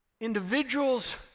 individuals